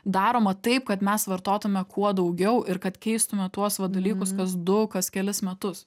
daroma taip kad mes vartotume kuo daugiau ir kad keistume tuos va dalykus kas du kas kelis metus